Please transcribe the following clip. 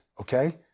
okay